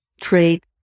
trade